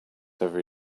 every